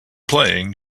playing